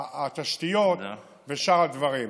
התשתיות ושאר הדברים.